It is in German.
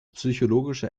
psychologische